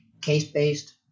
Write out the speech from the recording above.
case-based